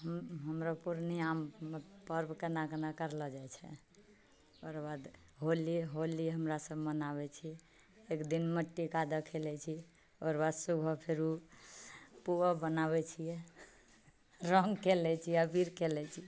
हमरा पूर्णियाँमे पर्व केना केना करलो जाइ छै ओकर बाद होली होली हमरा सभ मनाबै छियै एक दिन मट्टिका देखय जाइ छियै ओकर बाद सुबह फेरु पुआ बनाबै छियै रङ्ग खेलै छियै अबीर खेलै छियै